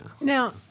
Now